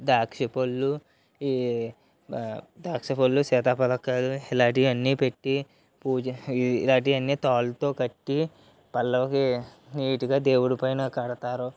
దాక్ష పళ్ళు ఈ దాక్ష పళ్ళు సీతాపల కాయల్ని ఇలాంటివి అన్నీ పెట్టి పూజ ఇలాంటివి అన్నీ తాళ్ళతో కట్టి పళ్ళకి నీట్గా దేవుడి పైన కడతారు